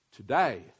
Today